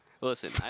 Listen